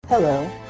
Hello